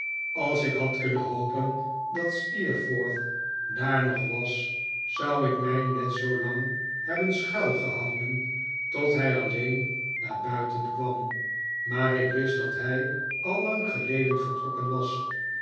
als ik had kunnen hopen dat steerforth daar nog was zou ik mij net zoo lang hebben schuilgehouden tot hij alleen naar buiten kwam maar ik wist dat hij al lang geleden vertrokken was